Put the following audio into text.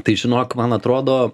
tai žinok man atrodo